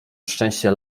szczęście